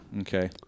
Okay